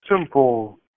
simple